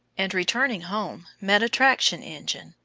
and returning home met a traction engine,